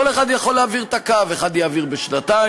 כל אחד יכול להעביר את הקו: אחד יעביר בשנתיים,